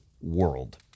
world